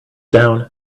down